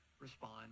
respond